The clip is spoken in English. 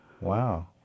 Wow